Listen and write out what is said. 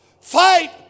fight